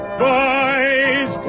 boys